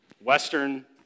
western